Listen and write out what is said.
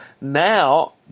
now